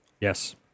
yes